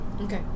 Okay